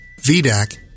VDAC